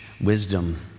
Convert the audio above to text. wisdom